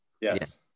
Yes